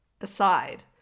aside